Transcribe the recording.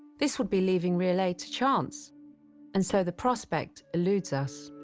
this would be leaving real aid to chance and so the prospect eludes us.